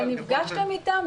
אבל נפגשתם איתם?